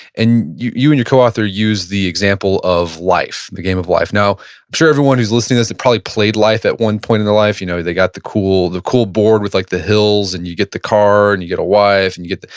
and you you and your co-author use the example of life, the game of life. now, i'm sure everyone who's listening to this, they've probably played life at one point in their life. you know they got the cool the cool board with like the hills and you get the car, and you get a wife, and you get the,